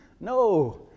No